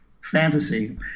fantasy